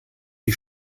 die